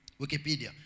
Wikipedia